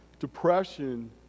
Depression